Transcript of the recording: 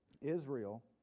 Israel